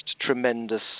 tremendous